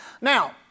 Now